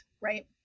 Right